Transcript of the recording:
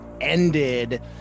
ended